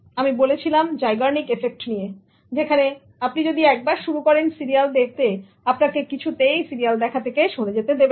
আমি বলেছিলাম Zeigarnik Effect নিয়েযেখানে আপনি যদি একবার শুরু করেন সিরিয়াল দেখতে আপনাকে কিছুতেই সিরিয়াল দেখা থেকে সরে যেতে দেবে না